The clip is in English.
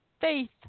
faith